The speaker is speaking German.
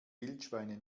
wildschweine